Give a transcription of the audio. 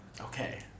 Okay